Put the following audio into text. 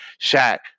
Shaq